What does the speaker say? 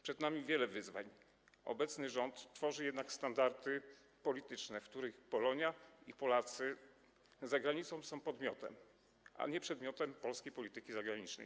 Przed nami wiele wyzwań, obecny rząd tworzy jednak standardy polityczne, w których Polonia i Polacy za granicą są podmiotem, a nie przedmiotem polskiej polityki zagranicznej.